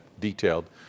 detailed